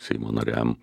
seimo nariam